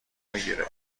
میگیره